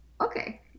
Okay